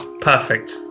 Perfect